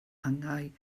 angau